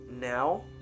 now